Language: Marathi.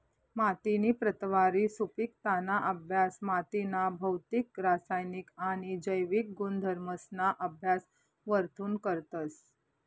मातीनी प्रतवारी, सुपिकताना अभ्यास मातीना भौतिक, रासायनिक आणि जैविक गुणधर्मसना अभ्यास वरथून करतस